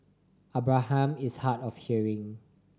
Abraham is hard of hearing